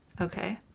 Okay